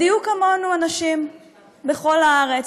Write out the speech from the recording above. בדיוק כמונו הנשים בכל הארץ,